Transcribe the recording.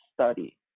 study